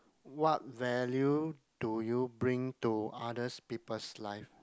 what value do you bring to others people's life